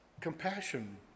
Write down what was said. Compassion